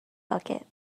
bucket